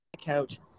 couch